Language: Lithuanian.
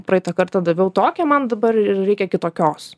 praeitą kartą daviau tokį man dabar reikia kitokios